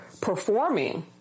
performing